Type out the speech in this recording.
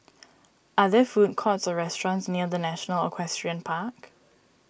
are there food courts or restaurants near the National Equestrian Park